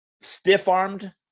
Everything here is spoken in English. stiff-armed